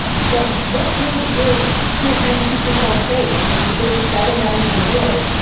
what what good is. here's how you keep yourself safe. if if we're just shouting that into the void,